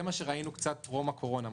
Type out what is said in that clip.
זה מה שראינו קצת טרום הקורונה.